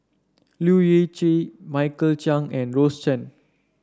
Leu Yew Chye Michael Chiang and Rose Chan